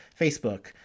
facebook